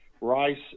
Rice